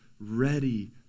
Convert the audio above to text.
ready